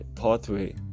pathway